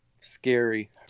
Scary